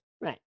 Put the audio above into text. Right